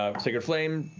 um sacred flame,